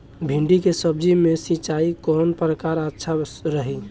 भिंडी के सब्जी मे सिचाई के कौन प्रकार अच्छा रही?